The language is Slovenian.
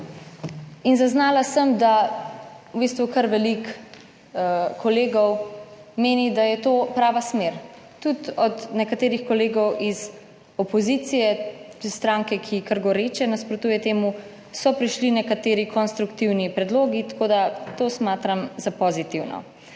In zaznala sem, da v bistvu kar veliko kolegov meni, da je to prava smer, tudi od nekaterih kolegov iz opozicije, stranke, ki kar goreče nasprotuje temu, so prišli nekateri konstruktivni predlogi, tako da to smatram za pozitivno.